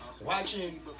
watching